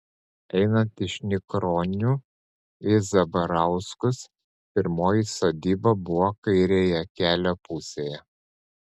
einant iš nikronių į zabarauskus pirmoji sodyba buvo kairėje kelio pusėje